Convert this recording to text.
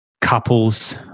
couples